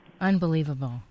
Unbelievable